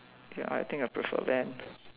ya I think I prefer that